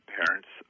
parents